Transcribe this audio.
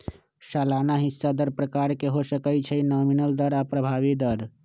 सलाना हिस्सा दर प्रकार के हो सकइ छइ नॉमिनल दर आऽ प्रभावी दर